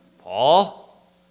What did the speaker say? Paul